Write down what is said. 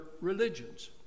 religions